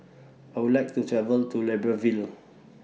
I Would like to travel to Libreville